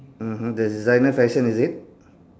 mmhmm the designer fashion is it